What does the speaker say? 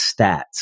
stats